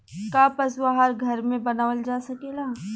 का पशु आहार घर में बनावल जा सकेला?